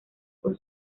con